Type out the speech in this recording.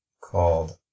called